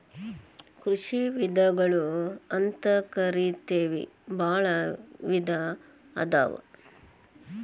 ಕೃಷಿ ವಿಧಗಳು ಅಂತಕರಿತೆವಿ ಬಾಳ ವಿಧಾ ಅದಾವ